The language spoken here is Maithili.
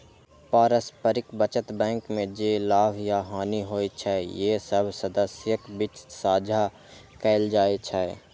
पारस्परिक बचत बैंक मे जे लाभ या हानि होइ छै, से सब सदस्यक बीच साझा कैल जाइ छै